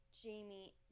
Jamie